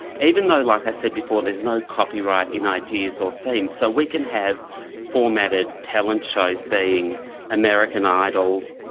even though, like i said before, there's no copyright in ideas or themes, so we can have formatted talent shows being american idol,